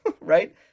right